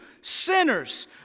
Sinners